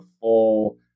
full